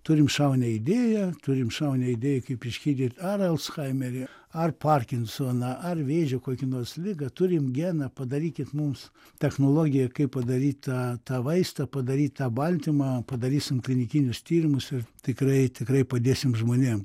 turim šaunią idėją turim šaunią idėją kaip išgydyt ar alzhaimerį ar parkinsoną ar vėžį kokią nors ligą turim geną padarykit mums technologiją kaip padaryt tą tą vaistą padaryt tą baltymą padarysim klinikinius tyrimus ir tikrai tikrai padėsim žmonėm